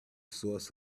source